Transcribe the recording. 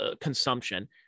consumption